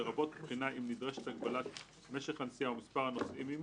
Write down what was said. לרבות בחינה אם נדרשת הגבלת משך הנסיעה ומספר הנוסעים עמו,